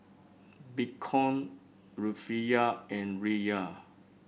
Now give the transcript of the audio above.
Bitcoin Rufiyaa and Riyal